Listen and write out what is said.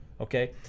okay